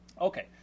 Okay